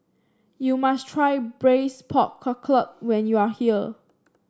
you must try Braised Pork Knuckle when you are here